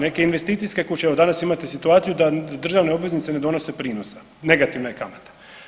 Neke investicijske kuće, evo danas imate situaciju da državne obveznice ne donose prinose, negativna je kamata.